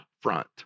front